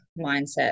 mindset